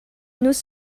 nous